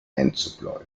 einzubläuen